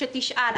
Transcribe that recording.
שתשאל,